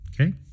okay